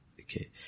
okay